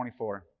24